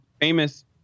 famous